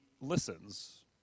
listens